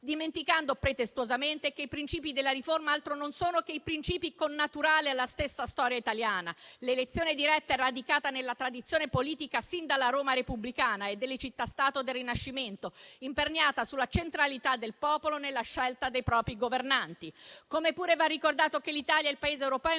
dimenticando pretestuosamente che i principi della riforma altro non sono che i principi connaturali alla stessa storia italiana. L'elezione diretta è radicata nella tradizione politica sin dalla Roma repubblicana e delle città-stato del Rinascimento, imperniata sulla centralità del popolo nella scelta dei propri governanti. Come pure va ricordato che l'Italia è il Paese europeo